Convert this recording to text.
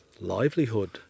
livelihood